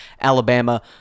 Alabama